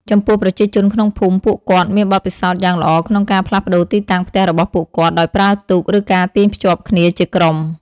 ចំពោះ ប្រជាជនក្នុងភូមិពួកគាត់មានបទពិសោធន៍យ៉ាងល្អក្នុងការផ្លាស់ប្ដូរទីតាំងផ្ទះរបស់ពួកគាត់ដោយប្រើទូក ឬការទាញភ្ជាប់គ្នាជាក្រុម។